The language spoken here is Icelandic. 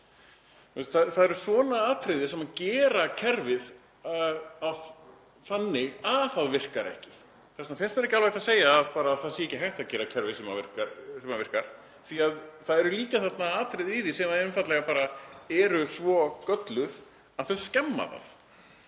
Það eru svona atriði sem gera kerfið þannig að það virkar ekki. Þess vegna finnst mér ekki hægt að segja bara að það sé ekki hægt að gera kerfi sem virkar því að það eru líka atriði í því sem eru einfaldlega svo gölluð að þau skemma það.